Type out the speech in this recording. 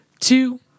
two